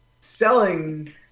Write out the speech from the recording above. selling